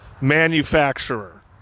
manufacturer